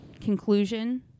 conclusion